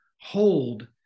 hold